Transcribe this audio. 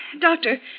Doctor